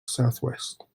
southwest